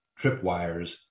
tripwires